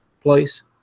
place